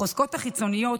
החוזקות החיצוניות,